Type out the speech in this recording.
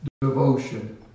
devotion